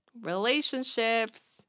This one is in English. Relationships